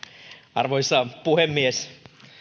arvoisa puhemies